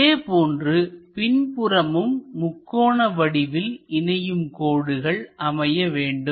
இதேபோன்று பின்புறமும் முக்கோண வடிவில் இணையும் கோடுகள் அமைய வேண்டும்